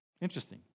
Interesting